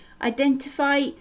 Identify